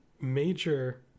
major